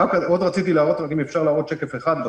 רציתי להראות עוד שקף אחד בסוף,